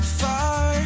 far